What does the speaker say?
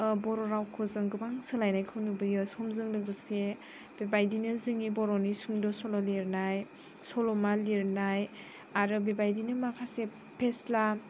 बर' रावखौ जों गोबां सोलायनायखौ नुबोयो समजों लोगोसे बेबायदिनो जोंनि बर'नि सुंद' सल' लिरनाय सल'मा लिरनाय आरो बेबायदिनो माखासे फेस्ला